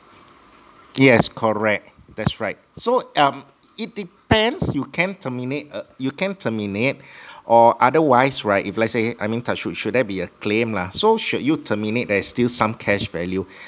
yes correct that's right so um it depends you can terminate uh you can terminate or otherwise right if let's say I mean touch wood should there be a claim lah so should you terminate there is still some cash value